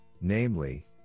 namely